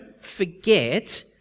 forget